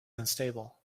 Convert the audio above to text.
unstable